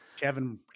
Kevin